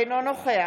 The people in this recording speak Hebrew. אינו נוכח